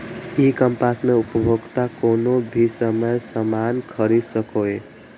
ई commerce मे उपभोक्ता कोनो भी समय सामान खरीद सकैए